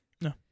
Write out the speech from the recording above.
No